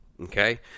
Okay